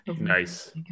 Nice